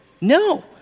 No